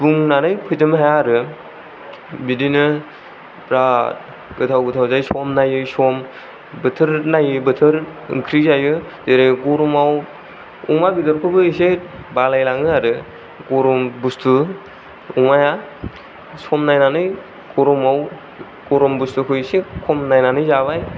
बुंनानै फोजोबनो हाया आरो बिदिनो बिराद गोथाव गोथाव जै सम नायै सम बोथोर नायै बोथोर ओंख्रि जायो जेरै गरमाव अमा बेदरफोरखौबो एसे बालायलाङो आरो गरम बुस्थु अमाया सम नायनानै गरमाव गरम बुस्थुखौ एसे खम नायनानै जाबाय